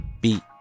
beat